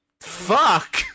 Fuck